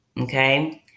okay